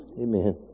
Amen